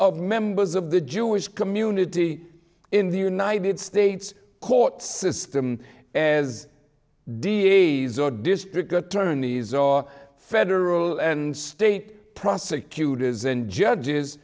of members of the jewish community in the united states court system as da's or district attorneys or federal and state prosecutors and judges